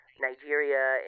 nigeria